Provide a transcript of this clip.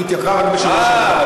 היא התייקרה רק בשנה שעברה.